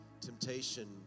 temptation